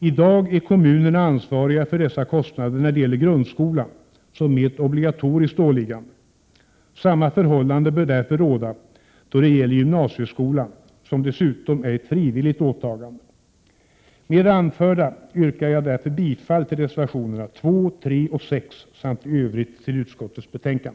I dag är kommunerna ansvariga för dessa kostnader när det gäller grundskolan, som ju är ett obligatoriskt åliggande. Samma förhållande bör råda då det gäller gymnasieskolan, som dessutom är ett frivilligt åtagande. Med det anförda yrkar jag bifall till reservationerna 2, 3 och 6 samt i övrigt till utskottets hemställan.